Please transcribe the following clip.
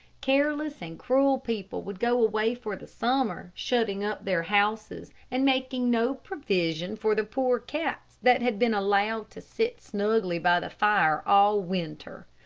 careless and cruel people would go away for the summer, shutting up their houses, and making no provision for the poor cats that had been allowed to sit snugly by the fire all winter.